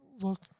look